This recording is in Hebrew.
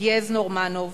דיאז נורמנוב,